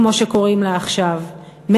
כמו שקוראים לה עכשיו,